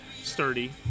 sturdy